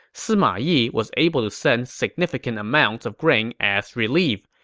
sima yi was able to send significant amounts of grain as relief,